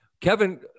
Kevin